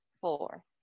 four